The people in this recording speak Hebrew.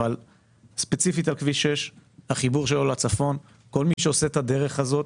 אבל חיבור כביש 6 לצפון ספציפית כל מי שעושה את הדרך הזאת,